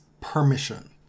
permission